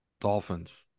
Dolphins